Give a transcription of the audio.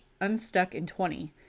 unstuckin20